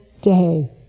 day